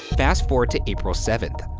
fast forward to april seventh,